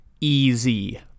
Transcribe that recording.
Easy